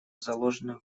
заложенным